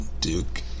Duke